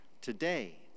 Today